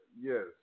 yes